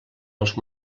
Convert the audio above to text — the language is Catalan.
els